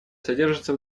содержится